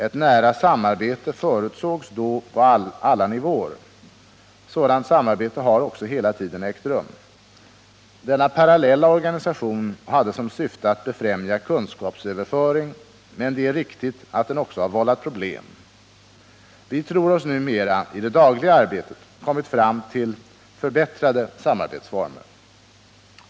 Ett nära samarbete förutsågs då på alla nivåer. Sådant samarbete har också hela tiden ägt rum. Denna parallella organisation hade som syfte att befrämja kunskapsöverföring, men det är riktigt att den också har vållat problem. Vi tror oss numera i det dagliga arbetet ha kommit fram till förbättrade samarbetsformer.